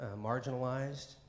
marginalized